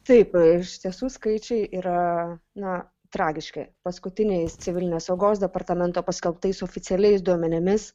taip iš tiesų skaičiai yra na tragiški paskutiniais civilinės saugos departamento paskelbtais oficialiais duomenimis